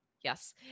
Yes